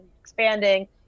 expanding